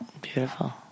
Beautiful